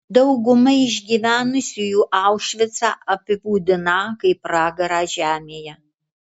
dauguma išgyvenusiųjų aušvicą apibūdiną kaip pragarą žemėje